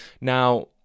Now